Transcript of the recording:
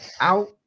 out